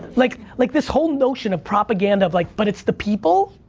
like, like this whole notion of propaganda, of like, but it's the people,